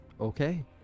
okay